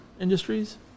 industries